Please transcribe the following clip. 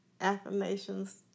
Affirmations